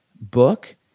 book